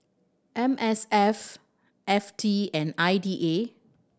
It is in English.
M S F F T and I D A